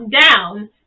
down